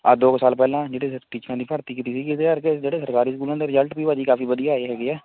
ਆਹ ਦੋ ਸਾਲ ਪਹਿਲਾਂ ਜਿਹੜੇ ਟੀਚਰਾਂ ਦੀ ਭਰਤੀ ਕੀਤੀ ਸੀਗੀ ਇਹਦੇ ਕਰਕੇ ਜਿਹੜੇ ਸਰਕਾਰੀ ਸਕੂਲਾਂ ਦੇ ਰਿਜਲਟ ਵੀ ਭਾ ਜੀ ਕਾਫ਼ੀ ਵਧੀਆ ਆਏ ਹੈਗੇ ਹੈ